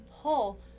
pull